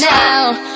now